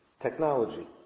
technology